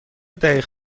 دقیق